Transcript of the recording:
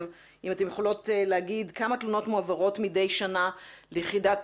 אתן יכולות להגיד כמה תלונות מועברות מדי שנה ליחידת